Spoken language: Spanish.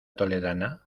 toledana